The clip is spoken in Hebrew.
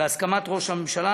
בהסכמת ראש הממשלה,